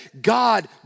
God